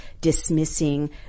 dismissing